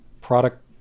product